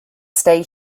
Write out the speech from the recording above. stay